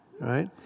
right